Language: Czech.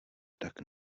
tak